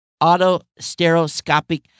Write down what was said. auto-stereoscopic